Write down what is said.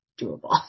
doable